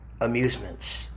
amusements